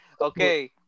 Okay